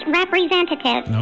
representative